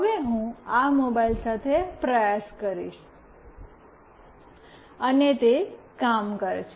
હવે હું આ મોબાઇલ સાથે પ્રયાસ કરીશ અને તે કામ કરશે